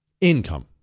income